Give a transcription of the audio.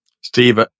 Steve